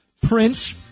Prince